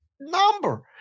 number